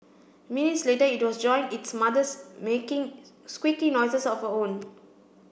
minutes later it was joined its mothers making squeaky noises of her own